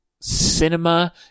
cinema